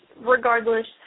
regardless –